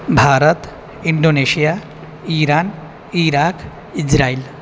भारतं Indonesia Iran Iraq Israel